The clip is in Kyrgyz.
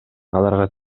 аларга